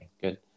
good